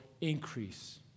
increase